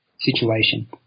situation